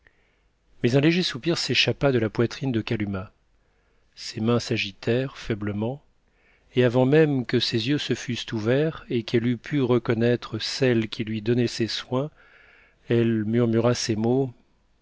mais un léger soupir s'échappa de la poitrine de kalumah ses mains s'agitèrent faiblement et avant même que ses yeux se fussent ouverts et qu'elle eût pu reconnaître celle qui lui donnait ses soins elle murmura ces mots